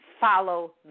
follow